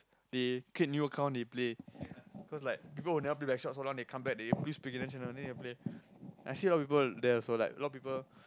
they create new account they play because like people who never play Blackshot they use beginner channel then they play I see a lot people there like a lot people